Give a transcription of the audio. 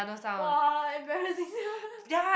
[wah] embarrassing